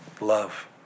love